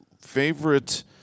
Favorite